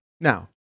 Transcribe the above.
Now